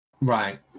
Right